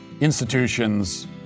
institutions